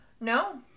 No